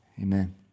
Amen